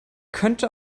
könnte